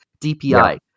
DPI